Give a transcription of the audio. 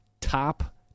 top